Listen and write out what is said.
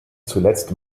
zuletzt